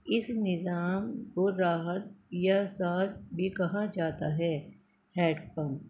اس نظام کو راحت یا ساتھ بھی کہا جاتا ہے ہیڈ پمپ